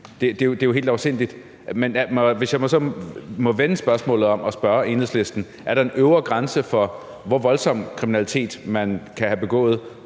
Det er jo helt afsindigt. Hvis jeg så må vende spørgsmålet om og spørge Enhedslisten, om der er en øvre grænse for, hvor voldsom kriminalitet man kan have begået,